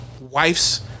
wife's